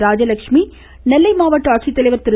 ராஜலட்சுமி நெல்லை மாவட்ட ஆட்சித்தலைவர் திரு